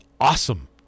awesome